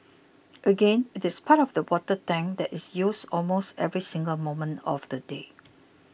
again it is part of the water tank that is used almost every single moment of the day